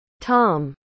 Tom